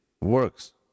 works